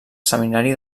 seminari